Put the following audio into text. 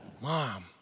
Mom